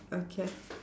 okay